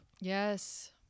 yes